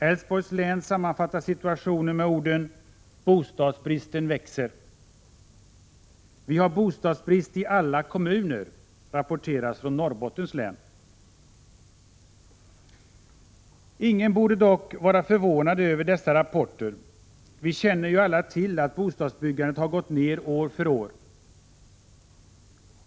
Älvsborgs län sammanfattar situationen med orden: ”Bostadsbristen växer.” ”Vi har bostadsbrist i alla kommuner”, rapporteras från Norrbottens län. Ingen borde vara förvånad över dessa rapporter. Vi känner ju alla till att bostadsbyggandet har gått ned år för år.